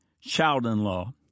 child-in-law